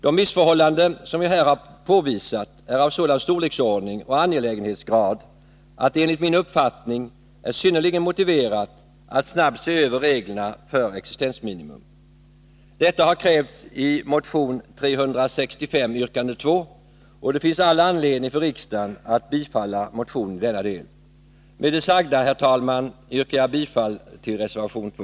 De missförhållanden som jag här har påvisat är av sådan storleksordning och angelägenhetsgrad att det enligt min uppfattning är synnerligen motiverat att snabbt se över reglerna för existensminimum. Detta har krävts i motion 365 yrkande 2, och det finns all anledning för riksdagen att bifalla motionen i denna del. Med det sagda, herr talman, yrkar jag bifall till reservation 2.